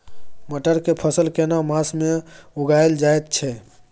मटर के फसल केना मास में उगायल जायत छै?